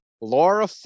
Laura